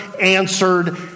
answered